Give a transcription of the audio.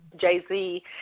Jay-Z